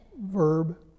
verb